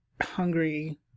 hungry